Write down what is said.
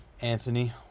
anthony